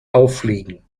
auffliegen